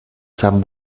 san